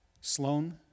Sloan